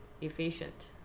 efficient